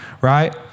right